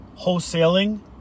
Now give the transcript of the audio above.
wholesaling